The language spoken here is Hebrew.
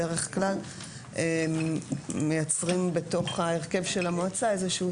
בדרך כלל מייצרים בתוך ההרכב של המועצה איזשהו